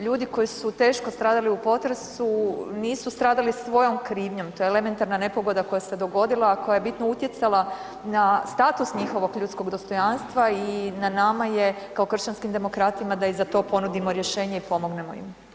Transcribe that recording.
Ljudi koji su teško stradali u potresu nisu stradali svojom krivnjom, to je elementarna nepogoda koja se dogodila, a koja je bitno utjecala na status njihovog ljudskog dostojanstva i na nama je kao kršćanskim demokratima da i za to ponudimo rješenje i pomognemo im.